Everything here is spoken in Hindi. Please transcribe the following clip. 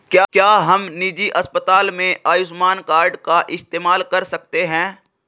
क्या हम निजी अस्पताल में आयुष्मान कार्ड का इस्तेमाल कर सकते हैं?